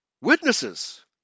witnesses